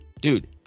dude